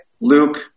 Luke